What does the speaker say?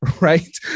Right